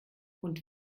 und